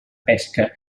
pesca